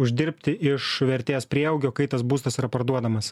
uždirbti iš vertės prieaugio kai tas būstas yra parduodamas